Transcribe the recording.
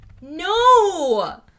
No